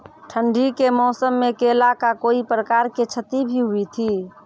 ठंडी के मौसम मे केला का कोई प्रकार के क्षति भी हुई थी?